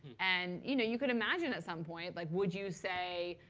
and you know you could imagine at some point, like would you say,